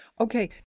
Okay